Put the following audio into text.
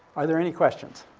are there any questions?